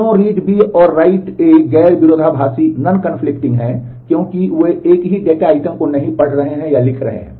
क्यों read B और write A और गैर विरोधाभासी है क्योंकि वे एक ही डेटा आइटम को नहीं पढ़ रहे हैं और लिख रहे हैं